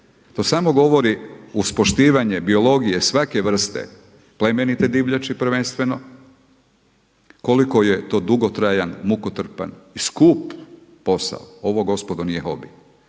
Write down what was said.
To samo govori uz poštivanje biologije svake vrste plemenite divljači prvenstveno koliko je to dugotrajan, mukotrpan i skup posao. Ovo gospodo nije hobi.